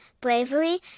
bravery